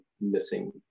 missing